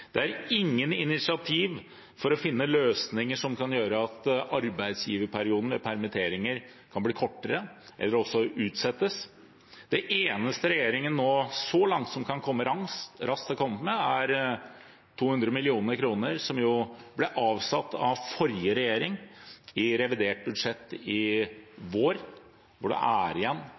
Det er ingen initiativ for å finne løsninger som kan gjøre at arbeidsgiverperioden ved permitteringer kan bli kortere eller også utsettes. Det eneste regjeringen så langt har kommet med som kan komme raskt, er 200 mill. kr, som jo ble avsatt av forrige regjering i revidert budsjett i vår, hvor det er igjen